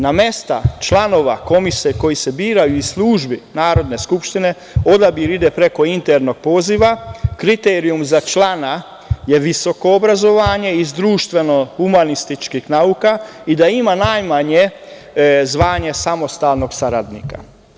Na mestima članova komisije koji se biraju iz službe Narodne skupštine, odabir ima preko internog poziva, kriterijum za člana je visoko obrazovanje, iz društveno humanističkih nauka i da ima najmanje zvanje samostalnog saradnika.